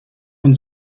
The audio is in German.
von